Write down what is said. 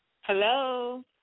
Hello